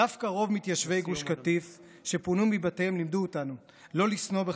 דווקא רוב מתיישבי גוש קטיף שפונו מבתיהם לימדו אותנו לא לשנוא בחזרה,